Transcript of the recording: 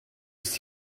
ist